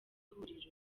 huriro